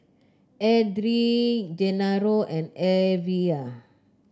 Edrie Genaro and Evia